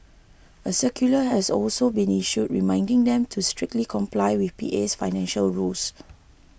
a circular has also been issued reminding them to strictly comply with PA's financial rules